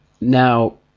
now